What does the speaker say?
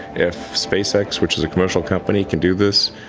if spacex, which is a commercial company, can do this,